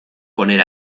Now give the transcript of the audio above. poner